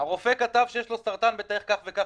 הרופא שיש לו סרטן והוא צריך כך וכך.